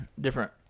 different